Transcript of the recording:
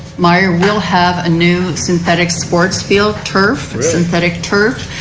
meyer will have a new synthetic sports field turf. synthetic turf.